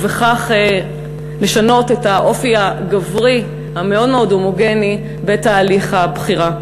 ובכך לשנות את האופי הגברי המאוד-מאוד הומוגני בתהליך הבחירה.